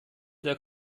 der